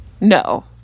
No